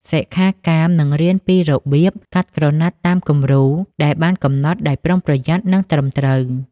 សិក្ខាកាមនឹងរៀនពីរបៀបកាត់ក្រណាត់តាមគំរូដែលបានកំណត់ដោយប្រុងប្រយ័ត្ន និងត្រឹមត្រូវ។